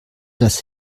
das